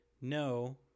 no